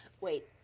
Wait